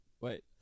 Wait